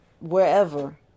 Wherever